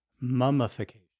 Mummification